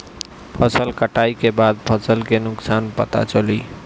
फसल कटाई के बाद फसल के नुकसान पता चली